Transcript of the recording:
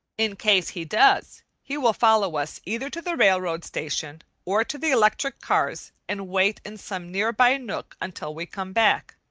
in case he does he will follow us either to the railroad station or to the electric cars and wait in some near-by nook until we come back.